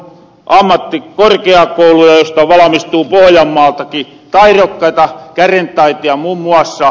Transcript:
minä pikku ja kellui edelleen luja ja taktiikkaa ja vetää kärjen ja muun muassa